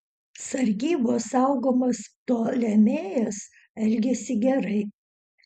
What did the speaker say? sargybos saugomas ptolemėjas elgėsi gerai